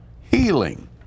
healing